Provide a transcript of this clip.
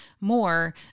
more